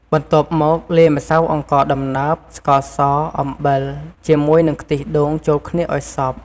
បន្ទាប់មកលាយម្សៅអង្ករដំណើប ស្ករស អំបិលជាមួយនឹងខ្ទិះដូងចូលគ្នាឱ្យសព្វ។